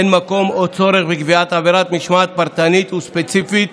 אין מקום או צורך בקביעת עבירת משמעת פרטנית וספציפית